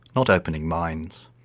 not opening minds.